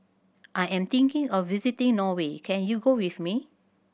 I am thinking of visiting Norway can you go with me